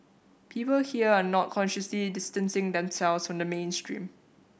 people here are not consciously distancing themselves from the mainstream